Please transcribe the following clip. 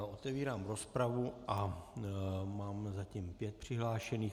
Otevírám rozpravu a mám zatím pět přihlášených.